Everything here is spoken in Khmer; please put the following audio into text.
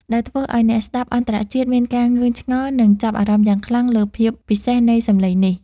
ដែលធ្វើឱ្យអ្នកស្តាប់អន្តរជាតិមានការងឿងឆ្ងល់ និងចាប់អារម្មណ៍យ៉ាងខ្លាំងលើភាពពិសេសនៃសម្លេងនេះ។